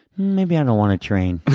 maybe i don't want to train.